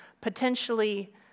potentially